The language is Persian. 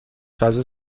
غذا